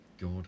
God